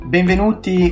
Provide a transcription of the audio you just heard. Benvenuti